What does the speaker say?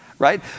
right